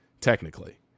Technically